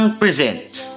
presents